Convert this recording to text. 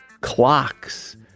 clocks